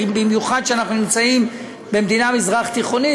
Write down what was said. במיוחד שאנחנו נמצאים במדינה מזרח-תיכונית,